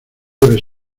debes